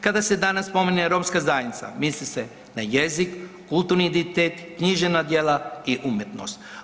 Kada se danas spominje romska zajednica misli se na jezik, kulturni identitet, književna djela i umjetnost.